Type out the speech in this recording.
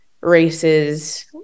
races